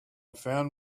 found